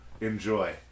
enjoy